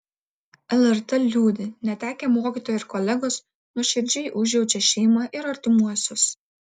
lrt liūdi netekę mokytojo ir kolegos nuoširdžiai užjaučia šeimą ir artimuosius